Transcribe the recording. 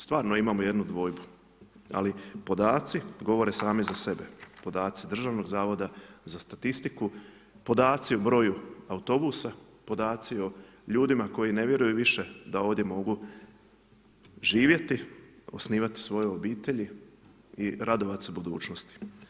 Stvarno imamo jednu dvojbu, ali podaci govore sami za sebe, podaci Državnog zavoda za statistiku, podaci o broju autobusa, podaci o ljudima koji ne vjeruju više da ovdje mogu živjeti, osnivati svoje obitelji i radovati se budućnost.